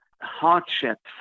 hardships